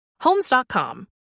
Homes.com